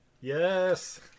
Yes